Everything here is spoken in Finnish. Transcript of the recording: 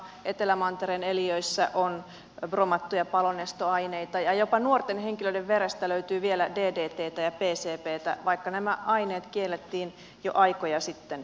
etelämantereen eliöissä on bromattuja palonestoaineita ja jopa nuorten henkilöiden verestä löytyy vielä ddttä ja pcbtä vaikka nämä aineet kiellettiin jo aikoja sitten